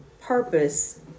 purpose